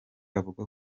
avuga